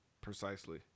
precisely